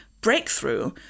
breakthrough